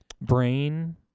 brain